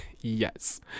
yes